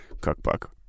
cookbook